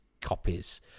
copies